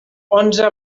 onze